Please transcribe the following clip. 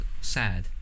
sad